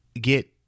get